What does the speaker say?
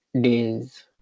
days